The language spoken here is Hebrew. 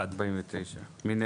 הצבעה בעד, 1 נגד,